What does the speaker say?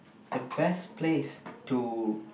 the best place to